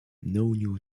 new